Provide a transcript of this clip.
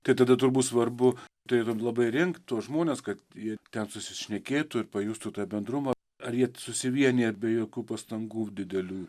tai tada turbūt svarbu tai yra labai rinkt tuos žmones kad jie ten susišnekėtų ir pajustų tą bendrumą ar jie susivienija be jokių pastangų didelių